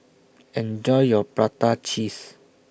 Enjoy your Prata Cheese